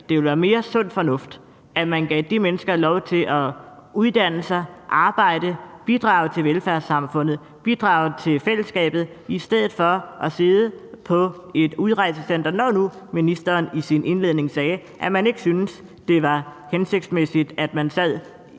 det ville være mere sund fornuft, at man gav de mennesker lov til at uddanne sig, arbejde, bidrage til velfærdssamfundet og bidrage til fællesskabet i stedet for at sidde på et udrejsecenter? Når nu ministeren i sin indledning sagde, at man ikke synes, det er hensigtsmæssigt, at man er